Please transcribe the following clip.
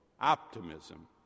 optimism